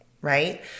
right